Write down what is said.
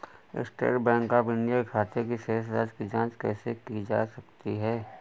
State Bank of India के खाते की शेष राशि की जॉंच कैसे की जा सकती है?